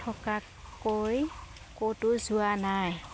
থকাকৈ ক'তো যোৱা নাই